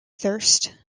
thirst